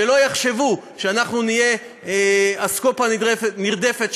שלא יחשבו שאנחנו נהיה אסקופה נדרסת,